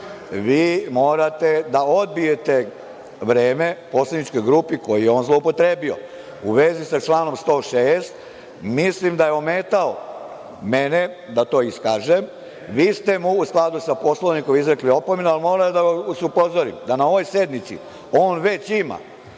vi morate da odbijete vreme poslaničkoj grupi koje je on zloupotrebi.U vezi sa članom 106, mislim da je ometao mene da to iskažem. Vi ste mu u skladu sa Poslovnikom izrekli opomenu, ali moram da vas upozorim da na ovoj sednici on već ima